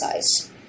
size